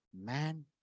man